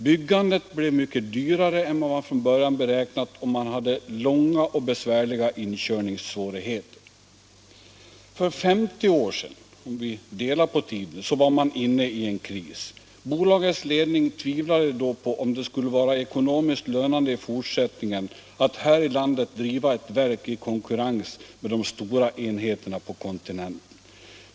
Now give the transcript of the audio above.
Byggandet blev mycket dyrare än vad man från början beräknat, och man hade långa och stora inkörningssvårigheter. För 50 år sedan — om vi går tillbaka halvvägs i tiden — var företaget inne i en kris. Bolagets ledning tvivlade då på att det skulle vara ekonomiskt lönande i fortsättningen att här i landet driva ett verk i konkurrens med de stora enheterna på kontinenten.